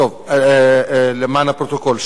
למען הפרוטוקול,